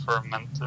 fermented